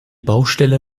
baustelle